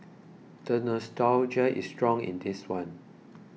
the nostalgia is strong in this one